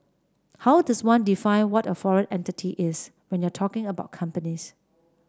how does one define what a foreign entity is when you're talking about companies